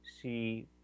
see